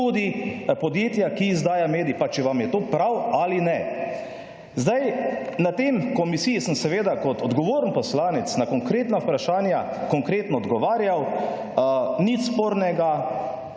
tudi podjetja, ki izdaja medij, pa če vam je to prav ali ne. Zdaj, na tem, komisiji, sem seveda kot odgovoren poslanec, na konkretna vprašanja konkretno odgovarjal, nič spornega,